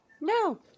no